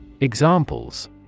Examples